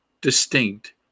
distinct